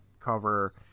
cover